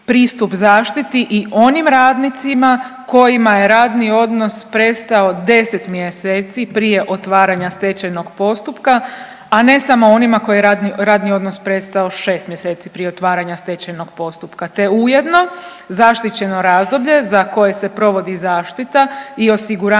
pristup zaštiti i onim radnicima kojima je radni odnos prestao 10 mjeseci prije otvaranja stečajnog postupka, a ne samo onima kojima je radni odnos prestao 6 mjeseci prije otvaranja stečajnog postupka, te ujedno zaštićeno razdoblje za koje se provodi zaštita i osiguranje